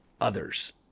others